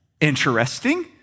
Interesting